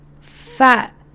fat